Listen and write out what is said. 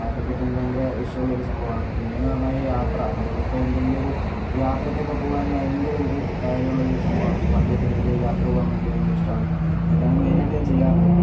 cricket എനിക്ക് ഭയങ്കര ഇഷ്ടമുള്ളൊരു സംഭവമാണ് പിന്നെന്ന് പറഞ്ഞാൽ ഈ യാത്ര നമ്മളിപ്പോൾ എന്തെങ്കിലൊരു യാത്രക്കൊക്കെ പോവാന് ഭയങ്കര എനിക്ക് കാര്യമുള്ളൊരു സംഭവമാണ് ഇപ്പോൾ വണ്ടിയൊക്കേ എടുത്തിട്ട് യാത്ര പോവാൻ വേണ്ടി ഭയങ്കര ഇഷ്ടമാണ് ഇതൊക്കെയാണ് മെയിൻ ആയിട്ട് ഞാൻ ചെയ്യാറുള്ളത്